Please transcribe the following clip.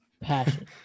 passion